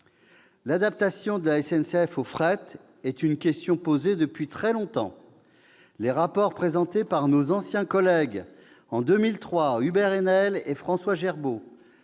L'adaptation de la SNCF au fret est une question posée depuis très longtemps. Les rapports présentés par nos anciens collègues Hubert Haenel et François Gerbaud,